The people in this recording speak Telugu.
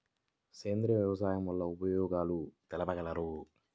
సేంద్రియ వ్యవసాయం వల్ల ఉపయోగాలు తెలుపగలరు?